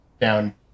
down